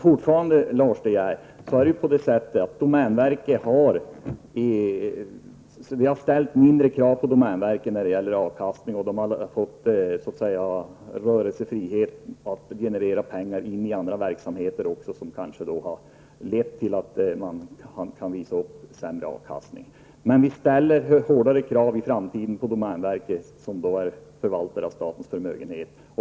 Fortfarande, Lars De Geer, ställer vi mindre krav på domänverket när det gäller avkastning, och det har rörelsefrihet att generera pengar in i andra verksamheter, vilket kanske har lett till att man kan visa upp sämre avkastning. Vi kommer att ställa hårdare krav i framtiden på domänverket, som förvaltar statens förmögenhet.